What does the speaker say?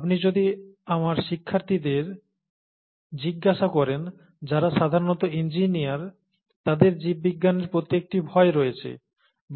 আপনি যদি আমার শিক্ষার্থীদের জিজ্ঞাসা করেন যারা সাধারণত ইঞ্জিনিয়ার তাদের জীববিজ্ঞানের প্রতি একটি ভয় রয়েছে